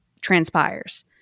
transpires